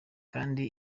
kandi